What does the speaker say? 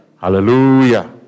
Hallelujah